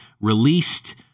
released